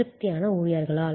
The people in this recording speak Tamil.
திருப்தியான ஊழியர்களால்